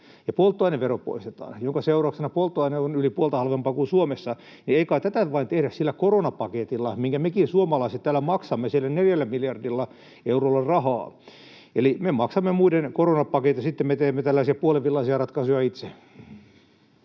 ja polttoainevero poistetaan, jonka seurauksena polttoaine on yli puolta halvempaa kuin Suomessa, niin ei kai tätä vain tehdä sillä koronapaketilla, minkä mekin suomalaiset täällä maksamme, sillä 4 miljardilla eurolla rahaa? Eli me maksamme muiden koronapaketit, ja sitten me teemme tällaisia puolivillaisia ratkaisuja itse.